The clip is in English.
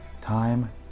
time